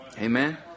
Amen